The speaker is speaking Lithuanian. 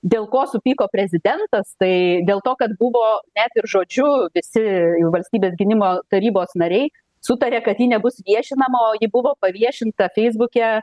dėl ko supyko prezidentas tai dėl to kad buvo net ir žodžiu visi valstybės gynimo tarybos nariai sutarė kad ji nebus viešinama o ji buvo paviešinta feisbuke